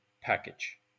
package